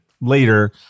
later